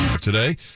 today